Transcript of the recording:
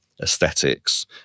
aesthetics